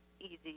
easy